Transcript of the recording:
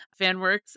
FanWorks